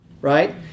right